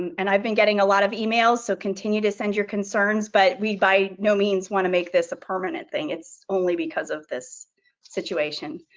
and i've been getting a lot of emails, so continue to send your concerns, but we, by no means, want to make this a permanent thing. it's only because of this situation.